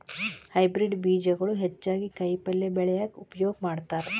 hybrid ಬೇಜಗಳು ಹೆಚ್ಚಾಗಿ ಕಾಯಿಪಲ್ಯ ಬೆಳ್ಯಾಕ ಉಪಯೋಗ ಮಾಡತಾರ